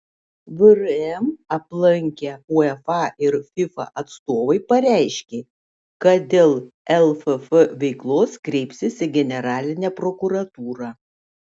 vrm aplankę uefa ir fifa atstovai pareiškė kad dėl lff veiklos kreipsis į generalinę prokuratūrą